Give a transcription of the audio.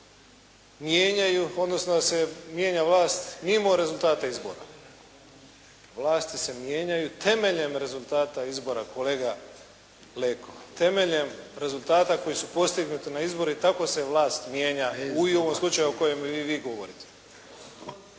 mijenjaju odnosno da se mijenja vlast mimo rezultata izbora. Vlasti se mijenjaju temeljem rezultata izbora kolega Leko. Temeljem rezultata koji su postignuti na izboru. I tako se vlast mijenja u ovom slučaju o kojem vi govorite.